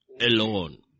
alone